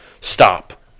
stop